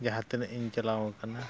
ᱡᱟᱦᱟᱸ ᱛᱤᱱᱟᱹᱜ ᱤᱧ ᱪᱟᱞᱟᱣ ᱠᱟᱱᱟ